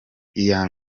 iya